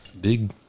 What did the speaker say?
Big